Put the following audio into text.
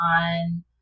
on